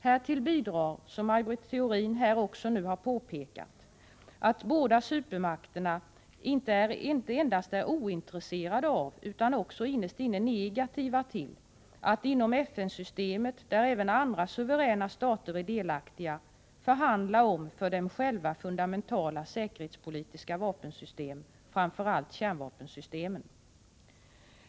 Härtill bidrar, vilket Maj Britt Theorin också påpekat här, att båda supermakterna inte endast är ointresserade av, utan innerst inne negativa till, att inom FN-systemet, där även andra suveräna stater är delaktiga, förhandla om för dem själva fundamentala säkerhetspolitiska vapensystem, framför allt kärnvapensystem.